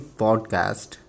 podcast